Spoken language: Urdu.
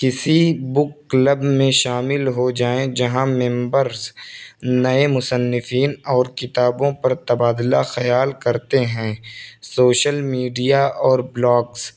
کسی بک کلب میں شامل ہو جائیں جہاں ممبرس نئے مصنفین اور کتابوں پر تبادلہ خیال کرتے ہیں سوشل میڈیا اور بلاگس